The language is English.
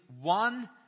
one